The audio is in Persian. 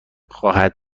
خواهد